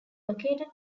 located